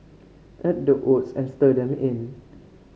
add the oats and stir them in